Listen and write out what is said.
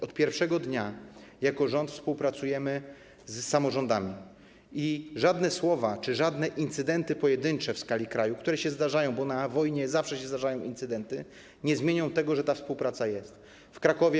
Od pierwszego dnia współpracujemy jako rząd z samorządami i żadne słowa czy żadne incydenty pojedyncze w skali kraju, które się zdarzają, bo na wojnie zawsze się zdarzają incydenty, nie zmienią tego, że ta współpraca istnieje.